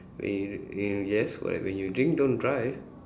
err err yes whenever you drink don't drive